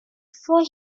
for